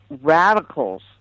radicals